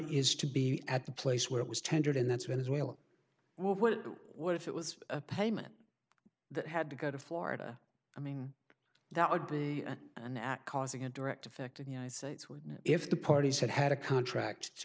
is to be at the place where it was tendered and that's when israel what if it was a payment that had to go to florida i mean that would be an act causing a direct effect of you know states where if the parties had had a contract to